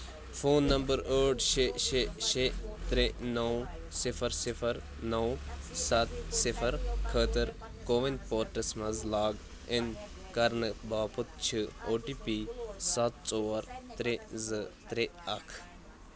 phone number ٲٹھ شےٚ شےٚ شےٚ ترٛےٚ نو صِفر صِفر نو ستھ صِفر خٲطرٕ کووِن پورٹلس مَنٛز لاگ اِن کرنہٕ باپتھ چھ او ٹی پی سَتھ ژور ترٛےٚ زٕ ترٛےٚ اکھ